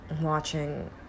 watching